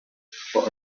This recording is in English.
for